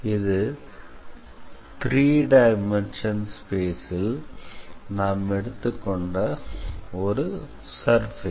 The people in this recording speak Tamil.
இது 3 டைமன்ஷன் ஸ்பேஸ் ல் நாம் எடுத்துக்கொண்ட ஒரு சர்ஃபேஸ்